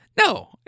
No